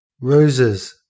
Roses